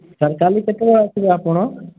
sir କାଲି କେତେବେଳେ ଆସିବେ ଆପଣ